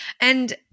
And-